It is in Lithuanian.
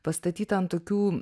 pastatyta ant tokių